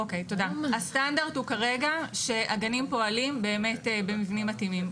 הסטנדרט כרגע הוא שהגנים פועלים באמת במבנים מתאימים.